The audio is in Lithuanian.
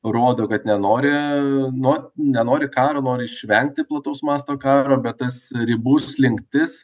rodo kad nenori nu nenori karo nori išvengti plataus masto karo bet tas ribų slinktis